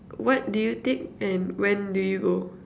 what do you take and when do you go